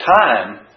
time